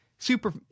Super